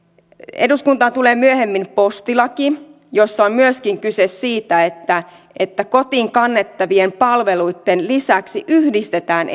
eduskuntaan tulee myöhemmin postilaki jossa on myöskin kyse siitä että että kotiin kannettavien palveluitten lisäksi yhdistetään